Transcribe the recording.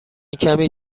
کمی